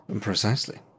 Precisely